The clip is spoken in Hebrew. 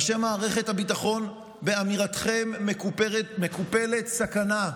ראשי מערכת הביטחון, באמירתכם מקופלת סכנה.